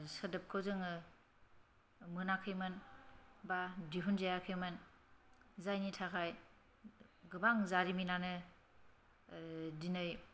सोदोबखौ जोङो मोनाखैमोन एबा दिहुनजायाखैमोन जायनि थाखाय गोबां जारिमिनानो दिनै